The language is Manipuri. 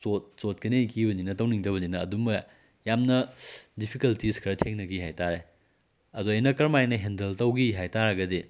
ꯆꯣꯠꯀꯅꯦꯅ ꯀꯤꯕꯅꯤꯅ ꯇꯧꯅꯤꯡꯗꯕꯅꯤꯅ ꯑꯗꯨꯝ ꯃꯣꯏ ꯌꯥꯝꯅ ꯗꯤꯐꯤꯀꯜꯇꯤꯁ ꯈꯔ ꯊꯦꯡꯅꯈꯤ ꯍꯥꯏꯇꯥꯔꯦ ꯑꯗꯨ ꯑꯩꯅ ꯀꯔꯝ ꯍꯥꯏꯅ ꯍꯦꯟꯗꯜ ꯇꯧꯈꯤ ꯍꯥꯏꯇꯥꯔꯒꯗꯤ